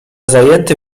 zajęty